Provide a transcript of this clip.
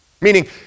meaning